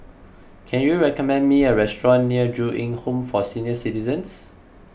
can you recommend me a restaurant near Ju Eng Home for Senior Citizens